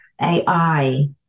AI